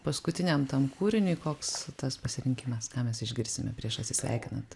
paskutiniam tam kūriniui koks tas pasirinkimas ką mes išgirsime prieš atsisveikinant